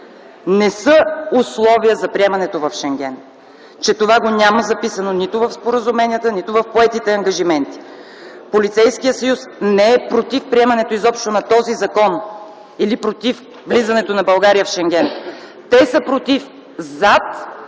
не са условие за приемането в Шенген, че това го няма записано нито в споразуменията, нито в поетите ангажименти. Полицейският съюз не е против приемането изобщо на този закон или против влизането на България в Шенген. Те са против зад